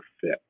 fit